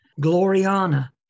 Gloriana